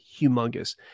humongous